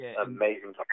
Amazing